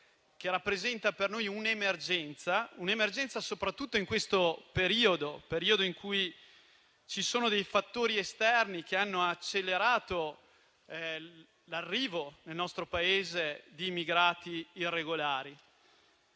che rappresenta per noi un'emergenza soprattutto in questo periodo, in cui ci sono fattori esterni che hanno accelerato l'arrivo nel nostro Paese di immigrati irregolari.